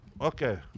Okay